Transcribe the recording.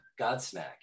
Godsmack